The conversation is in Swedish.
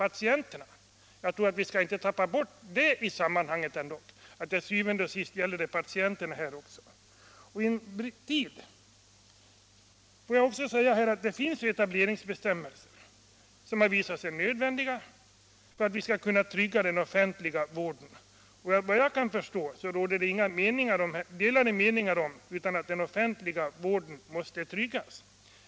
I det här sammanhanget får vi ändå inte tappa bort att det til syvende og sidst gäller patienterna. Det finns etableringsbestämmelser, som har visat sig nödvändiga för att vi skall kunna trygga den offentliga vården — och enligt vad jag kan förstå råder det inga delade meningar om att den offentliga vården måste tryggas.